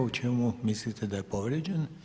U čemu mislite da je povrijeđen?